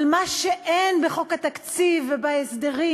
על מה שאין בחוק התקציב וההסדרים,